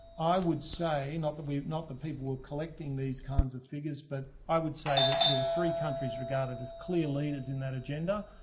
i would say, not that we'd knock the people collecting these kinds of figures, but i would say that there were three countries regarded as clear leaders in that agenda.